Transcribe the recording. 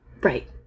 Right